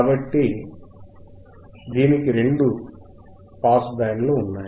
కాబట్టి దీనికి రెండు పాస్ బ్యాండ్లు ఉన్నాయి